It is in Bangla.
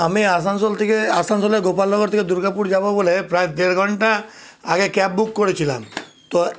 আমি আসানসোল থেকে আসানসোলের গোপালনগর থেকে দুর্গাপুর যাব বলে প্রায় দেড় ঘন্টা আগে ক্যাব বুক করেছিলাম তো